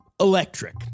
electric